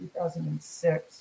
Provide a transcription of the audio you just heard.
2006